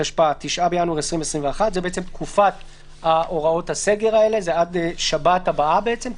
בעצם האיסור לשיעורי נהיגה מעשיים.